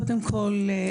קודם כל,